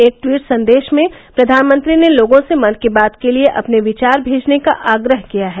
एक टवीट संदेश में प्रधानमंत्री ने लोगों से मन की बात के लिए अपने विचार भेजने का आग्रह किया है